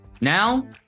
Now